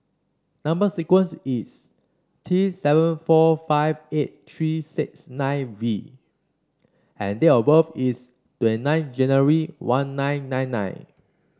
number sequence is T seven four five eight three six nine V and date of birth is twenty nine January one nine nine nine